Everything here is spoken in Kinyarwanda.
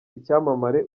icyamamare